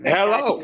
Hello